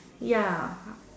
ya